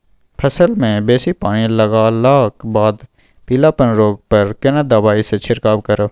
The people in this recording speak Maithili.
फसल मे बेसी पानी लागलाक बाद पीलापन रोग पर केना दबाई से छिरकाव करब?